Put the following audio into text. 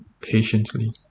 patiently